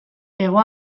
hego